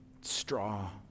straw